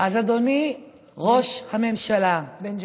אז אדוני ראש הממשלה בנג'מין.